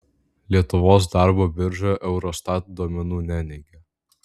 lietuvos darbo birža eurostat duomenų neneigia